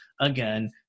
again